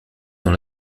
dans